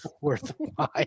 worthwhile